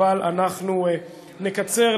אבל אנחנו נקצר,